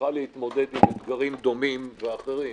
שצריכה להתמודד עם אתגרים דומים ואחרים,